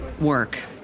work